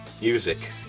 Music